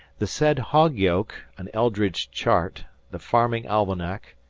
the said hog-yoke, an eldridge chart, the farming almanac,